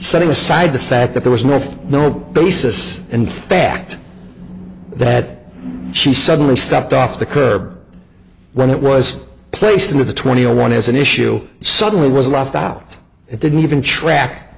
setting aside the fact that there was no no basis in fact that she suddenly stepped off the curb when it was placed into the twenty one is an issue suddenly was left out it didn't even track